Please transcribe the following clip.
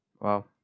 wow